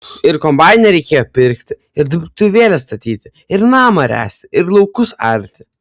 ir kombainą reikėjo pirkti ir dirbtuvėles statyti ir namą ręsti ir laukus arti